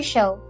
Show